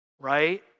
Right